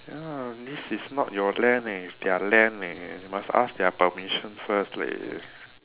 ya this in not your land eh it's their land eh must ask their permission first leh